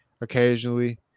Occasionally